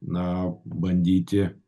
na bandyti